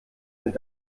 mit